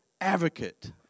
advocate